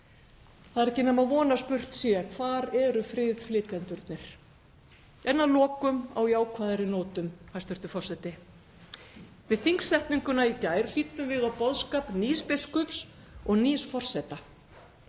Það er ekki nema von að spurt sé: Hvar eru friðflytjendurnir? En að lokum á jákvæðari nótum, hæstv. forseti. Við þingsetninguna í gær hlýddum við á boðskap nýs biskups og nýs forseta.